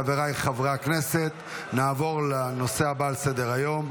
חבריי חברי הכנסת, נעבור לנושא הבא על סדר-היום: